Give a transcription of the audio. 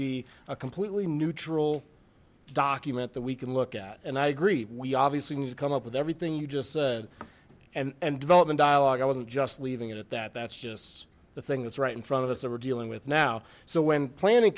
be a completely neutral document that we can look at and i agree we obviously need to come up with everything you just said and and development dialogue i wasn't just leaving it at that that's just the thing that's right in front of us that we're dealing with now so when planning